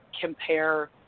compare